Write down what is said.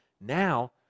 now